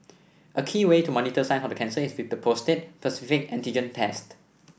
a key way to monitor signs of the cancer is with the prostate specific antigen test